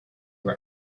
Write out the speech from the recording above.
were